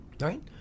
Right